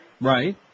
Right